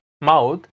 mouth